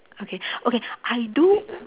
okay okay I do